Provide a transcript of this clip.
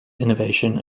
innovation